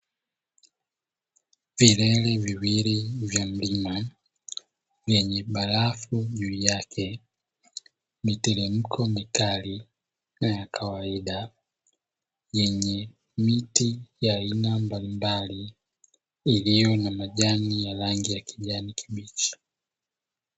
Vilele viwili vya mlima vyenye barafu juu yake, miteremko mikali na ya kawaida yenye miti ya aina mbalimbali, iliyo na majani ya rangi ya kijani kibichi.